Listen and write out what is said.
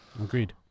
Agreed